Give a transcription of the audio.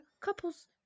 couples